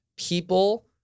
People